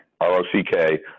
R-O-C-K